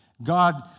God